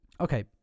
Okay